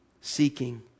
Seeking